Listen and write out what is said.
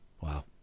wow